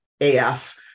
AF